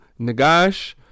Nagash